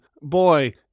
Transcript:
boy